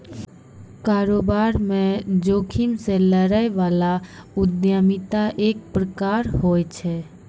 कारोबार म जोखिम से लड़ै बला उद्यमिता एक प्रकार होय छै